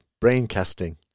Braincasting